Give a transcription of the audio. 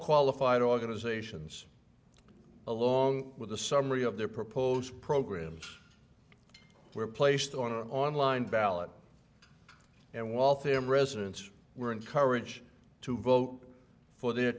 qualified organizations along with a summary of their propose programs were placed on an online ballot and waltham residents were encouraged to vote for their